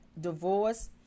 divorce